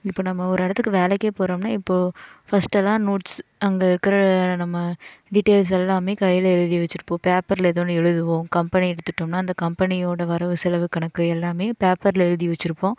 இப்போ நம்ம ஒரு இடத்துக்கு வேலைக்கே போறோம்னால் இப்போது ஃபஸ்ட்டெல்லாம் நோட்ஸ் அங்கே இருக்கிற நம்ம டிடைல்ஸ் எல்லாமே கையில எழுதி வச்சிருப்போம் பேப்பர்ல எதோ ஒன்று எழுதுவோம் கம்பெனி எடுத்துகிட்டம்னா அந்த கம்பெனியோட வரவு செலவு கணக்கு எல்லாமே பேப்பர்ல எழுதி வச்சிருப்போம்